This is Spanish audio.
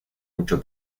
mucho